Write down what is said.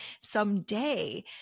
someday